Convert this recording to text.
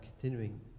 continuing